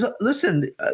listen